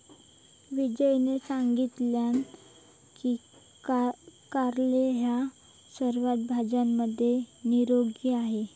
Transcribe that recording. विजयने सांगितलान की कारले ह्या सर्व भाज्यांमध्ये निरोगी आहे